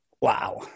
Wow